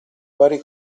pari